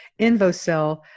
InvoCell